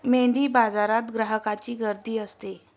मेंढीबाजारात ग्राहकांची गर्दी असते